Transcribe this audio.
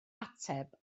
ateb